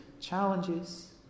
challenges